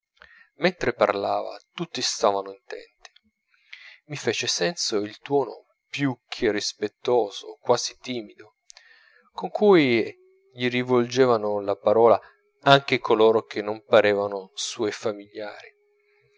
mentre parlava tutti stavano intenti mi fece senso il tuono più che rispettoso quasi timido con cui gli rivolgevano la parola anche coloro che parevano suoi famigliari